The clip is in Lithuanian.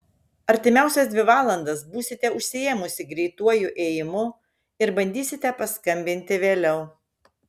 artimiausias dvi valandas būsite užsiėmusi greituoju ėjimu ir bandysite paskambinti vėliau